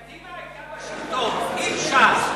קדימה היתה בשלטון עם ש"ס,